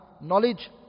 knowledge